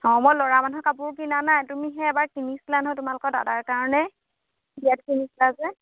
অঁ মই ল'ৰা মানুহ কাপোৰ কিনা নাই তুমি সেই এবাৰ কিনিছিলা নহয় তোমালোকৰ দাদাৰ কাৰণে বিয়াত কিনিছিলা যে